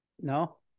No